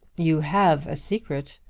you have a secret.